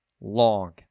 long